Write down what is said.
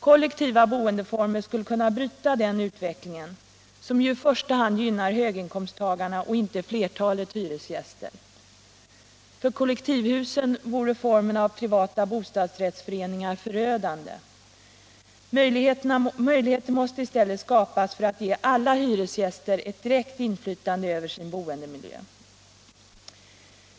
Kollektiva boendeformer skulle kunna bryta denna utveckling som i första hand gynnar höginkomsttagarna och inte flertalet hyresgäster. För kollektivhusen vore former av privata bostadsrättsföreningar förödande. Möjligheter måste i stället skapas för att ge alla hyresgäster ett direkt inflytande över sin boendemiljö.